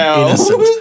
innocent